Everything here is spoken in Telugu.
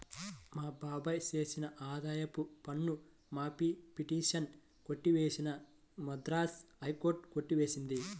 మా బాబాయ్ వేసిన ఆదాయపు పన్ను మాఫీ పిటిషన్ కొట్టివేసిన మద్రాస్ హైకోర్టు కొట్టి వేసింది